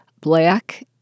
black